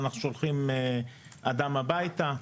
אנחנו שולחים אדם הביתה.